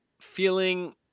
feeling